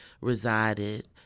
resided